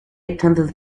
attended